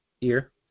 ear